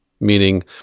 meaning